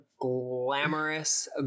glamorous